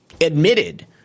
admitted